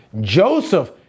Joseph